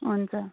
हुन्छ